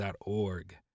org